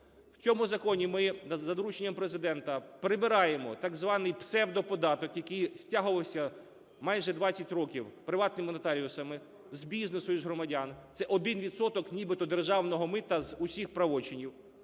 В цьому законі ми за дорученням Президента прибираємо так званийпсевдоподаток, який стягувався майже 20 років приватними нотаріусами з бізнесу і з громадян – це один відсоток нібито державного мита з усіх правочинів,